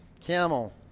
Camel